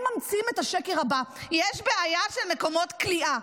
הם ממציאים את השקר הבא: יש בעיה של מקומות כליאה.